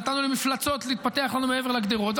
ונתנו למפלצות להתפתח לנו מעבר לגדרות,